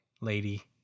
lady